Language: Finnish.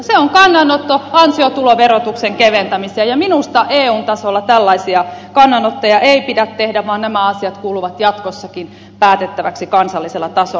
se on kannanotto ansiotuloverotuksen keventämiseen ja minusta eun tasolla tällaisia kannanottoja ei pidä tehdä vaan nämä asiat kuuluvat jatkossakin päätettäväksi kansallisella tasolla